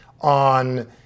on